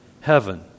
heaven